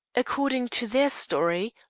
according to their story,